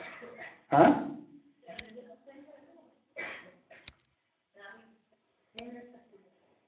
হাঁ